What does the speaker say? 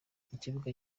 ikibuga